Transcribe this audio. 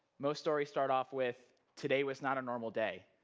most stories start off with today was not a normal day.